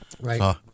Right